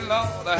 Lord